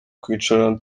kwicarana